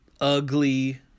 ugly